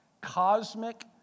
cosmic